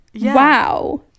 wow